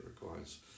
requires